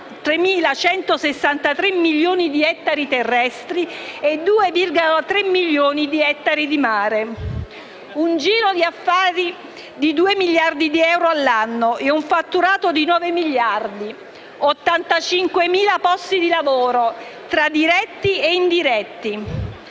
3.163 milioni di ettari terrestri e di 2,3 milioni di ettari di mare; di un giro d'affari di 2 miliardi di euro all'anno e di un fatturato di 9 miliardi; di 85.000 posti di lavoro, tra diretti e indiretti